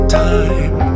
time